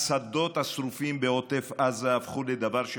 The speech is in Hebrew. השדות השרופים בעוטף עזה הפכו לדבר שבשגרה.